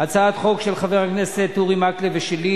הצעת חוק של חבר הכנסת אורי מקלב ושלי,